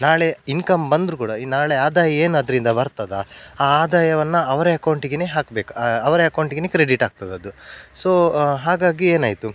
ನಾಳೆ ಇನ್ಕಮ್ ಬಂದ್ರೂ ಕೂಡ ಈಗ ನಾಳೆ ಆದಾಯ ಏನು ಅದರಿಂದ ಬರ್ತದೆ ಆ ಆದಾಯವನ್ನು ಅವರ ಎಕೌಂಟಿಗೆ ಹಾಕ್ಬೇಕು ಅವರ ಎಕೌಂಟಿಗೆ ಕ್ರೆಡಿಟ್ ಆಗ್ತದೆ ಅದು ಸೊ ಹಾಗಾಗಿ ಏನಾಯಿತು